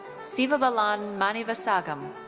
sivabalan manivasagam.